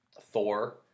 Thor